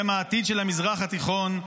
הם העתיד של המזרח התיכון.